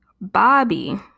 Bobby